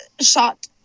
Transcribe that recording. shot